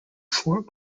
fort